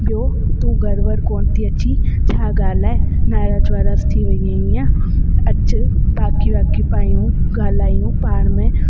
ॿियो तू घर वर कोन थी अची छा ॻाल्हि आहे नाराज़ वाराज थी वई आहे छा अच भाकी वाकी पायूं ॻाल्हायूं पाण में